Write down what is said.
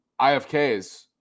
IFKs